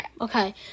Okay